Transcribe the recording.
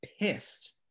pissed